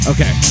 Okay